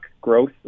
growth